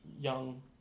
young